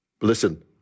Listen